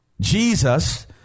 Jesus